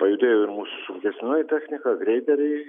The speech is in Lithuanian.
pajudėjo ir mūsų sunkesnioji technika greideriai